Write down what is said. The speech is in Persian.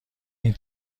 این